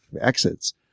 exits